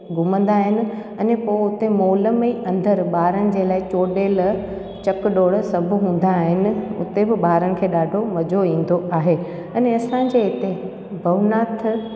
घुमंदा आहिनि अने पोइ हुते मॉल में ई अंदरि ॿारनि जे लाइ चोॾियल चक डौड़ सभु हूंदा आहिनि हुते बि ॿारनि खे ॾाढो मज़ो ईंदो आहे अने असांजे हिते भवनाथ